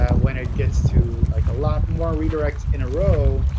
ah when it gets to like a lot more redirects in a row,